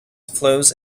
flows